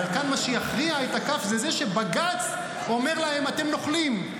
אבל כאן מה שיכריע את הכף זה שבג"ץ אומר להם: אתם נוכלים,